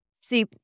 see